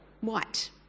White